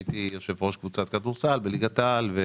הייתי יושב-ראש קבוצת כדורסל בליגת העל.